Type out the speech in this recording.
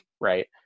right